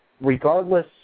Regardless